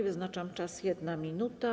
Wyznaczam czas - 1 minuta.